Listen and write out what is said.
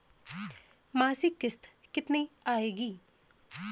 मासिक किश्त कितनी आएगी?